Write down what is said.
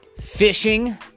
fishing